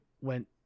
went